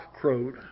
crowed